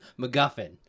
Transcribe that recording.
MacGuffin